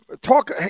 talk